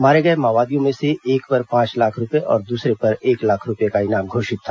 मारे गए माओवादियों में से एक पर पांच लाख रूपये और दूसरे पर एक लाख रूपये का इनाम घोषित था